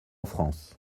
france